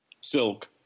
silk